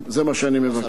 זה מה שאני מבקש.